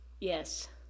Yes